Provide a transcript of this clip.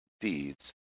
deeds